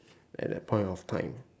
at that point of time